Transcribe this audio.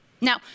Now